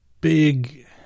big